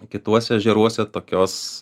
kituose ežeruose tokios